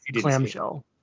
clamshell